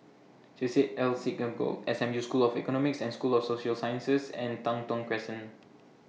Chesed El Synagogue S M U School of Economics and School of Social Sciences and Tai Thong Crescent